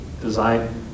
design